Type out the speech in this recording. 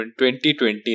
2020